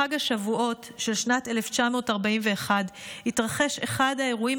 בחג השבועות של שנת 1941 התרחש אחד האירועים